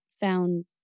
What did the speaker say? found